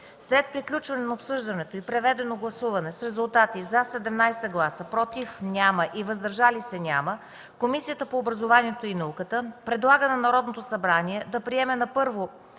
След приключване на обсъждането и проведено гласуване с резултати: „за” – 17 гласа, без „против” и „въздържали се”, Комисията по образованието и науката предлага на Народното събрание да приеме на първо